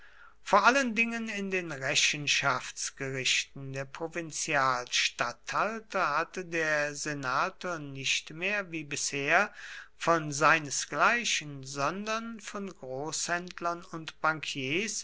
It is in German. vor allen dingen in den rechenschaftsgerichten der provinzialstatthalter hatte der senator nicht mehr wie bisher von seinesgleichen sondern von großhändlern und